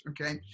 okay